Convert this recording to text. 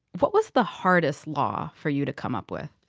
what was the hardest law for you to come up with?